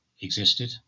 existed